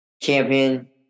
champion –